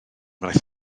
wnaeth